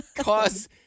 cause